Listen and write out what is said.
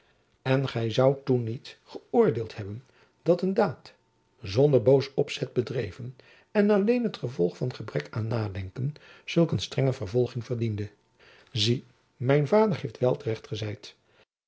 en gy zoudt toen niet geöordeeld hebben dat een daad zonder boos opzet bedreven en alleen het gevolg van gebrek aan nadenken zulk een strenge vervolging verdiende zie mijn vader heeft wel te recht gezeid